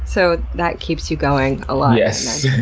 so that keeps you going a lot.